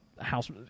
house